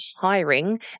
hiring